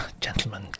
Gentlemen